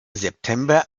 september